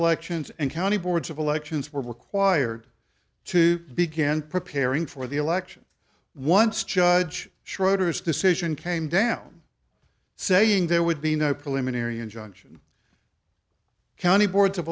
elections and county boards of elections were required to begin preparing for the election once judge schroeder's decision came down saying there would be no policeman arion junction county boards of